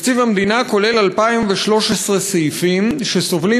תקציב המדינה כולל 2,013 סעיפים שסובלים